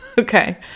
okay